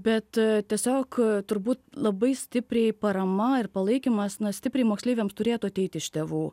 bet tiesiog turbūt labai stipriai parama ir palaikymas na stipriai moksleiviams turėtų ateiti iš tėvų